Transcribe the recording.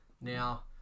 now